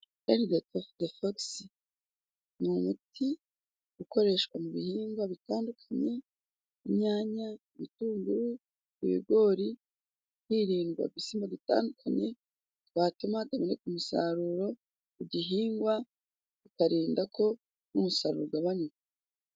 Eri de fogisi ni umuti ukoreshwa mu bihingwa bitandukanye, inyanya, ibitunguru, ibigori, hiririndwa udusimba dutandukanye twatuma igihingwa kidatanga umusaruro bikarinda ko umusaruro ugabanyuka.